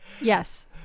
Yes